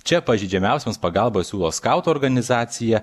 čia pažeidžiamiausiems pagalbą siūlo skautų organizacija